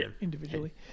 individually